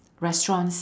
restaurants